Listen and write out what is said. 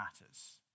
matters